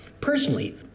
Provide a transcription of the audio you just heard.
personally